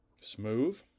smooth